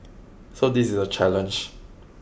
so this is a challenge